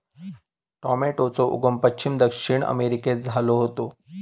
टॉमेटोचो उगम पश्चिम दक्षिण अमेरिकेत झालो होतो